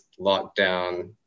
lockdown